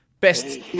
best